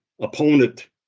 opponent